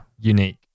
unique